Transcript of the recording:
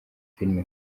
filime